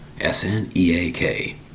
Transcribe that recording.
S-N-E-A-K